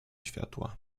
światła